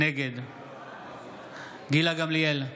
נגד גילה גמליאל,